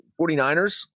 49ers